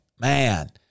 man